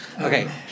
Okay